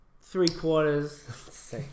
Three-quarters